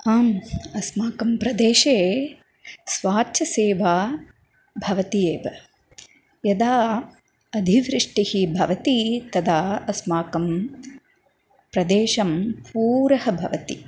आम् अस्माकं प्रदेशे स्वाच्छसेवा भवति एव यदा अतिवृष्टिः भवति तदा अस्माकं प्रदेशं पूरः भवति